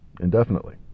indefinitely